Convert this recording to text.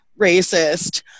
racist